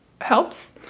helps